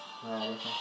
ah that's why